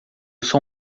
sou